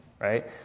right